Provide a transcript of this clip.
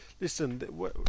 Listen